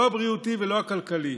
לא הבריאותי ולא הכלכלי.